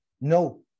No